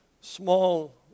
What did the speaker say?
small